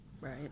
Right